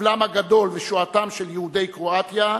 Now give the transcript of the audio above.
סבלם הגדול ושואתם של יהודי קרואטיה,